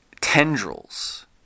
tendrils